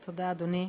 תודה, אדוני.